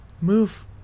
Move